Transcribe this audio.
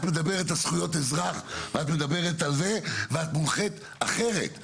את מדברת על זכויות אזרח ואת מונחית אחרת.